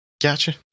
Gotcha